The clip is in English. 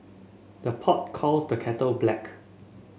the pot calls the kettle black